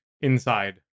inside